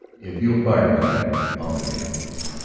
if you'll pardon me i'll make sure for you.